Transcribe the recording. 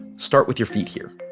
start with your feet here